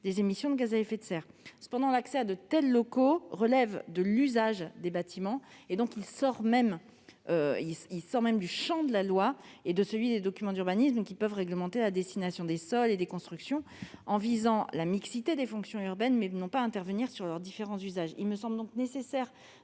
des émissions de gaz à effet de serre. Cependant, l'accès à de tels locaux relève de l'usage des bâtiments, donc pas du champ de la loi ni de celui des documents d'urbanisme ; ces derniers peuvent réglementer la destination des sols et des constructions, en visant la mixité des fonctions urbaines, mais n'ont pas à intervenir sur leurs différents usages. Il me semble donc nécessaire